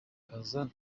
kwangiza